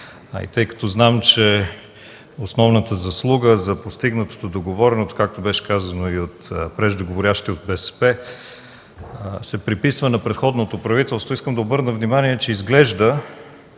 Тъй като знам, че основната заслуга за постигнатата договореност, както беше казано и от преждеговорящия от БСП, се преписва на предходното правителство, искам да обърна внимание, че изглежда